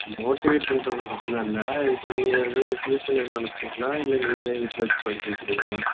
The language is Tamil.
மோட்டிவேட் பண்ணுறது ப்ரச்சனை இல்லை இப்போ நீங்கள் எதுவும் டியூஷன் எதுவும் அனுப்புகிறீங்களா இல்லை நீங்களே வீட்டில் வச்சி படிக்க வைக்கிறீங்களா